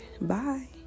bye